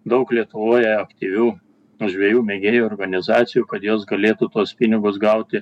daug lietuvoje aktyvių žvejų mėgėjų organizacijų kad jos galėtų tuos pinigus gauti